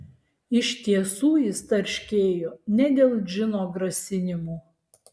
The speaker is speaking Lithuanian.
iš tiesų jis tarškėjo ne dėl džino grasinimų